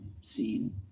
scene